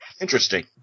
Interesting